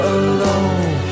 alone